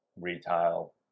retail